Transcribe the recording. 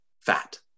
fat